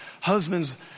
husbands